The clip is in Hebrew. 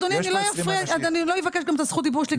אדוני אני לא אפריע ולא יבקש את הזכות דיבור שלי,